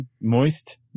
Moist